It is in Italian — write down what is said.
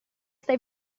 stai